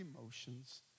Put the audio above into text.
emotions